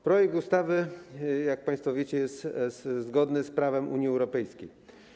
Projekt ustawy, jak państwo wiecie, jest zgodny z prawem Unii Europejskiej.